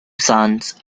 sons